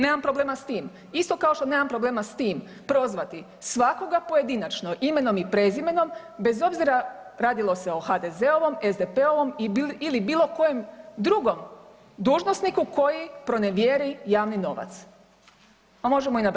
Nemam problema s tim, isto kao što nemam problema s tim prozvati svakoga pojedinačno imenom i prezimenom, bez obzira radilo se o HDZ-ovom, SDP-ovom ili bilo kojem drugom dužnosniku koji pronevjeri javni novac, a možemo i nabrajati.